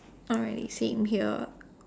not really same here